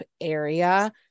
area